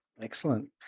Excellent